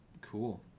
Cool